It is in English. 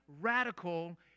radical